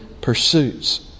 pursuits